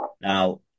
Now